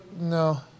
No